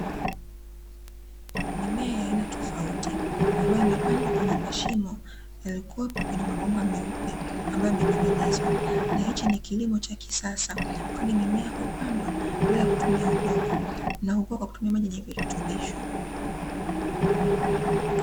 Mimea ya aina tofauti ambayo imepandwa kwenye mashimo yaliyokuwepo kwenye mabomba meupe ambayo yamening'inizwa, na hichi ni kilimo cha kisasa kwani mimea hupandwa bila kutumia udongo na hukua kwa kutumia maji yenye virutubisho.